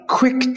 quick